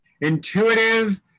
Intuitive